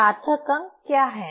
सार्थक अंक क्या है